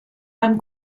beim